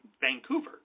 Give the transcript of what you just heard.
Vancouver